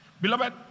Beloved